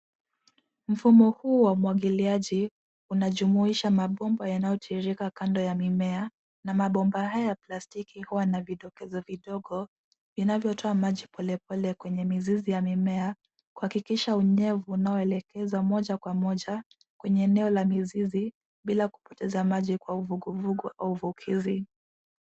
Mfumo huu wa umwagiliaji unajumuisha mabomba yanayotiririka kando ya mimea na mabomba haya ya plastiki huwa na vidokezo vidogo vinavyotoa maji polepole kwenye mizizi vya mimea kuhakikisha unyevu unaoelekezwa moja kwa moja kwenye eneo la mizizi bila kupoteza maji kwa uvugugu au uvukizi.